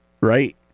Right